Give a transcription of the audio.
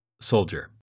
soldier